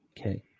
Okay